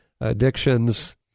Addictions